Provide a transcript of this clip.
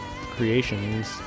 Creations